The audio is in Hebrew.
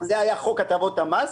זה היה חוק הטבות המס,